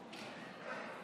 הבריאות.